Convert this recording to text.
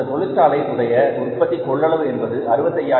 அந்த தொழிற்சாலை உடைய உற்பத்தி கொள்ளளவு என்பது 65000